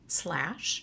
slash